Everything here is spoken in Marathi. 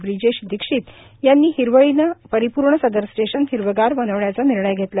ब्रिजेश दीक्षित यांनी हिरवळीने परिपूर्ण सदर स्टेशन हिरवेगार बनविण्याचा निर्णय घेतला